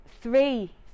three